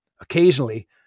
Occasionally